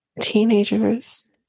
teenagers